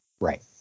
Right